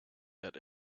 that